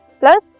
plus